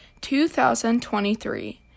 2023